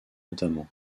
notamment